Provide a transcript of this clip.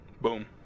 Boom